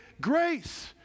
grace